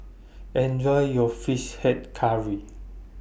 Enjoy your Fish Head Curry